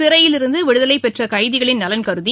சிறையிலிருந்து விடுதவைப்பெற்ற கைதிகளின் நலன்கருதி